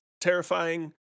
terrifying